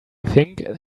think